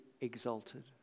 exalted